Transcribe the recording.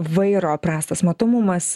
vairo prastas matomumas